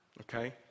Okay